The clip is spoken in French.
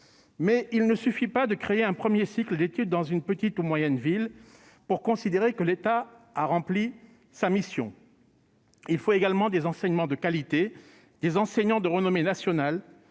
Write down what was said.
Mais il ne suffit pas de créer un premier cycle d'études dans une petite ou moyenne ville pour considérer que l'État a rempli sa mission. Il faut également des enseignements de qualité, des enseignants de renommée nationale,